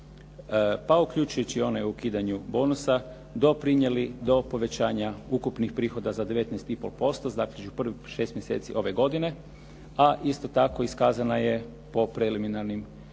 pa uključujući i one o ukidanju bonusa doprinijeli do povećanja ukupnih prihoda za 19,5%, dakle, u prvih 6 mjeseci ove godine a isto tako iskazana je po preliminarnim obračunima